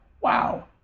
wow